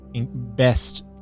best